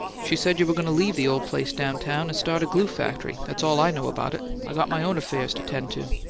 she said you were goin' to leave the old place down-town and start a glue factory. that's all i know about it i got my own affairs to tend to.